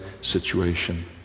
situation